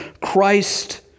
Christ